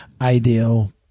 ideal